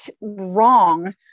wrong